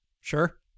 sure